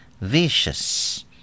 Vicious